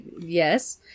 yes